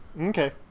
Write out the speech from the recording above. Okay